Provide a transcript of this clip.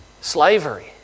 slavery